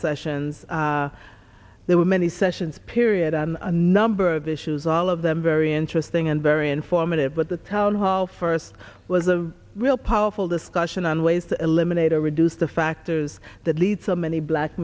sessions there were many sessions period on a number of issues all of them very interesting and very informative but the town hall first was a real powerful discussion on ways to eliminate or reduce the factors that lead so many black